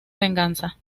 venganza